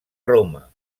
roma